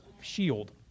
shield